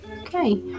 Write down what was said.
Okay